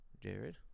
jared